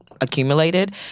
accumulated